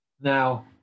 Now